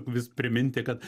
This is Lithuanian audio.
vis priminti kad